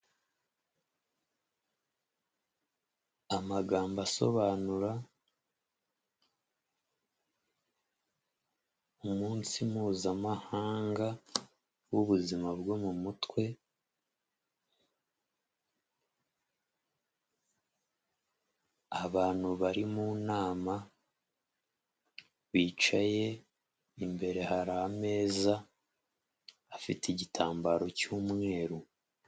Amagambo asobanura umunsi Mpuzamahanga w'ubuzima bwo mu mutwe. Abantu bari mu nama bicaye, imbere hari ameza afite igitambaro cy'umweru.